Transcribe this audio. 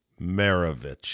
Maravich